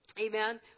amen